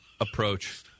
approach